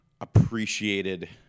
appreciated